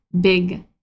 big